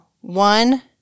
one